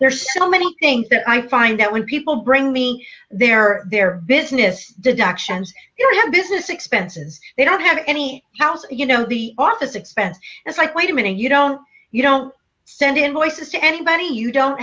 there's so many think that i find that when people bring me their their business deductions you know i have business expenses they don't have any house you know the office expense it's like wait a minute you don't you don't send invoices to anybody you don't